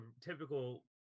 typical